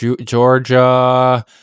Georgia